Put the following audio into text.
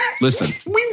listen